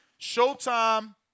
Showtime